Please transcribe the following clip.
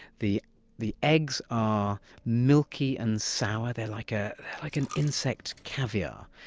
the the eggs are milky and sour. they're like ah like an insect caviar,